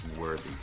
worthy